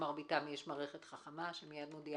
במרביתם יש מערכת חכמה שמודיעה.